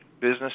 business